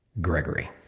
Gregory